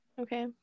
okay